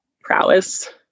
prowess